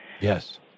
Yes